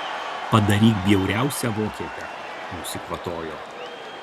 padaryk bjauriausią vokietę nusikvatojo